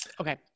Okay